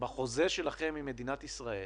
בחוזה שלכם עם מדינת ישראל,